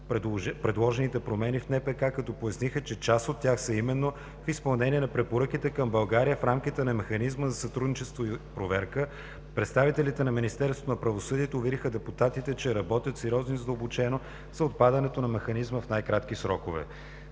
Наказателно-процесуалния кодекс, като поясниха, че част от тях са именно в изпълнение на препоръките към България в рамките на Механизма за сътрудничество и проверка. Представителите на Министерството на правосъдието увериха депутатите, че работят сериозно и задълбочено за отпадането на Механизма в най-кратки срокове.